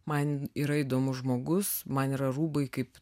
man yra įdomus žmogus man yra rūbai kaip